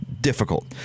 difficult